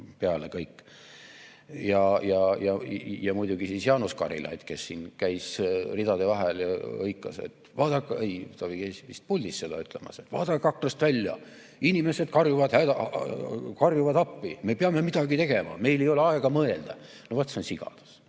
peale võtta. Ja muidugi, Jaanus Karilaid käis siin ridade vahel ja hõikas – ei, ta käis vist puldis seda ütlemas –, et vaadake aknast välja, inimesed karjuvad appi, me peame midagi tegema, meil ei ole aega mõelda. No vaat see on sigadus.